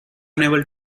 unable